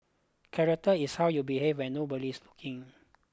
character is how you behave when nobody is looking